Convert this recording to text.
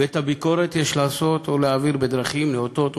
ואת הביקורת יש להעביר בדרכים נאותות ומכובדות.